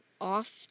off